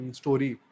story